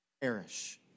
perish